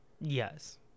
Yes